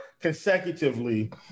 consecutively